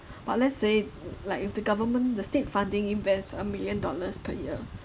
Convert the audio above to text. but let's say like if the government the state funding invest a million dollars per year